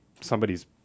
somebody's